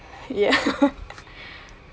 ya